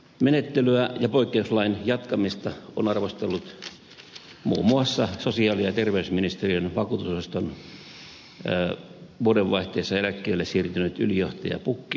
menettelyä ja poikkeuslain jatkamista on arvostellut muun muassa sosiaali ja terveysministeriön vakuutusosaston vuodenvaihteessa eläkkeelle siirtynyt ylijohtaja pukkila